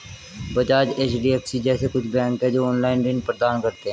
Bajaj, HDFC जैसे कुछ bank है, जो ऑनलाईन ऋण प्रदान करते हैं